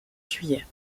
juillet